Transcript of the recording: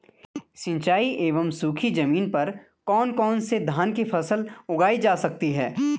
सिंचाई एवं सूखी जमीन पर कौन कौन से धान की फसल उगाई जा सकती है?